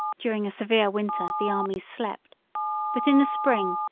during a severe winter, the armies slept but in the spring,